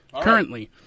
Currently